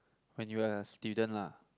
when you are a student lah